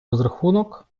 розрахунок